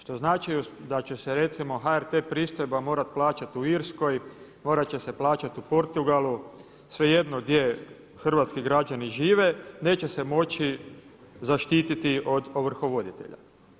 Što znači da će se recimo HRT pristojba morati plaćati u Irskoj, morat će se plaćati u Portugalu, svejedno gdje hrvatski građani žive, neće se moći zaštititi od ovrhovoditelja.